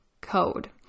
code